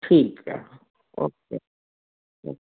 ਠੀਕ ਹੈ okay okay